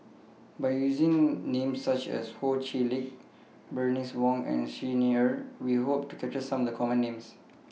By using Names such as Ho Chee Lick Bernice Wong and Xi Ni Er We Hope to capture Some of The Common Names